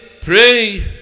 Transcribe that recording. pray